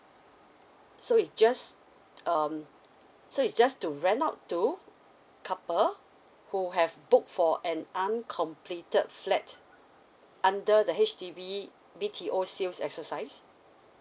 so it's just um so it's just to rent out to couple who have book for and uncompleted flat under the H_D_B B_T_O sales exercise